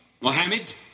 Mohammed